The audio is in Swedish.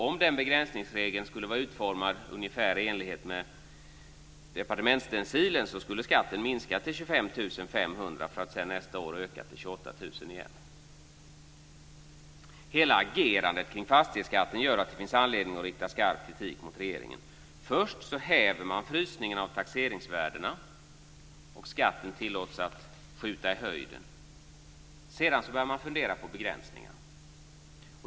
Om den begränsningsregeln skulle vara utformad ungefär i enlighet med departmentsstencilen skulle skatten minska till 25 500 för att sedan nästa år öka till 28 000 igen. Hela agerandet kring fastighetsskatten gör att det finns anledning att rikta skarp kritik mot regeringen. Först häver man frysningen av taxeringsvärdena och skatten tillåts skjuta i höjden. Sedan börjar man att fundera på begränsningar.